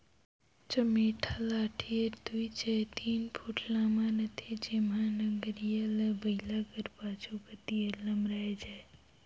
चमेटा लाठी हर दुई चहे तीन फुट लम्मा रहथे जेम्हा नगरिहा ल बइला कर पाछू कती हर लमराए जाए